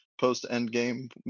post-Endgame